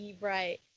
Right